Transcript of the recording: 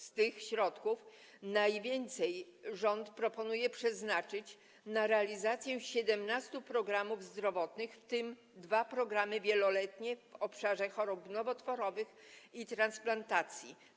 Z tych środków najwięcej rząd proponuje przeznaczyć na realizację 17 programów zdrowotnych, w tym dwóch programów wieloletnich w obszarze chorób nowotworowych i transplantacji.